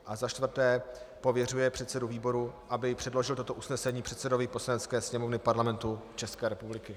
IV. Pověřuje předsedu výboru, aby předložil toto usnesení předsedovi Poslanecké sněmovny Parlamentu České republiky.